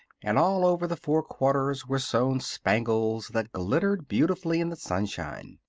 and all over the four quarters were sewn spangles that glittered beautifully in the sunshine.